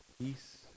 peace